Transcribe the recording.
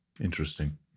interesting